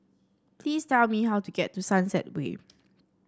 please tell me how to get to Sunset Way